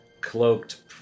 cloaked